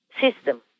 system